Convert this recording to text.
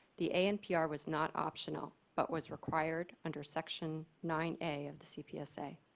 the anpr was not optional, but was required under section nine a of the cpsa.